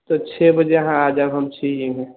तऽ छओ बजे अहाँ आ जाएब हम छी इहे